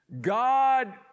God